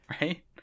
right